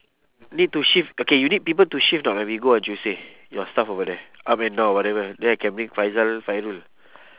need to shift okay you need people to shift not when we go on tuesday your stuff over there I mean or whatever then I can bring faizah fairul